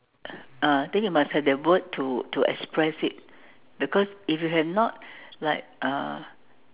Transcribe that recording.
uh I think you must have that word to express it because if you have not like uh